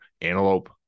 Antelope